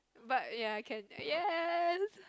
but ya can yes